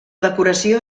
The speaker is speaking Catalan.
decoració